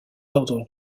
ordres